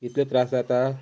इतले त्रास जाता